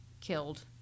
killed